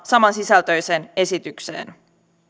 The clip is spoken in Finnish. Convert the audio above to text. samansisältöiseen esitykseen